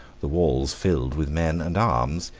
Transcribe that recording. the walls filled with men and arms,